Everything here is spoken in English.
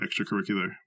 extracurricular